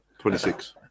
26